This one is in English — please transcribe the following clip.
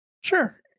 Sure